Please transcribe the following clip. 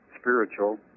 spiritual